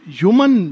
human